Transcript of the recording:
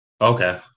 Okay